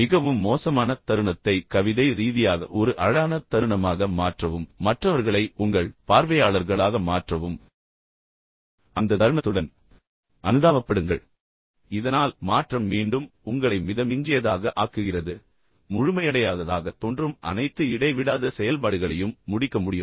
மிகவும் மோசமான தருணத்தை கவிதை ரீதியாக ஒரு அழகான தருணமாக மாற்றவும் மற்றவர்களை உங்கள் பார்வையாளர்களாக மாற்றவும் அந்த தருணத்துடன் அனுதாபப்படுங்கள் இதனால் மாற்றம் மீண்டும் உங்களை மிதமிஞ்சியதாக ஆக்குகிறது பின்னர் முழுமையடையாததாகத் தோன்றும் அனைத்து இடைவிடாத செயல்பாடுகளையும் முடிக்க முடியும்